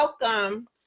welcome